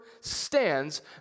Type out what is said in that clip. Stands